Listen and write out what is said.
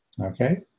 Okay